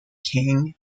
king